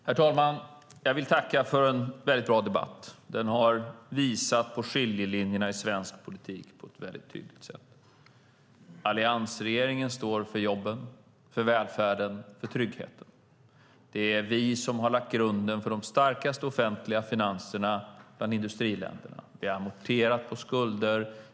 Herr talman! Jag vill tacka för en bra debatt. Den har visat på skiljelinjerna i svensk politik på ett väldigt tydligt sätt. Alliansregeringen står för jobben, välfärden och tryggheten. Det är vi som har lagt grunden för de starkaste offentliga finanserna bland industriländerna. Vi har amorterat på skulder.